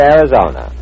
Arizona